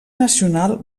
nacional